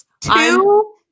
Two